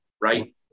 right